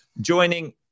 joining